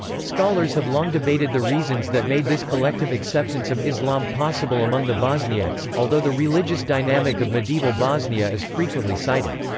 scholars have long debated the reasons that made this collective acceptance of islam possible among the bosniaks, although the religious dynamic of medieval bosnia is frequently cited.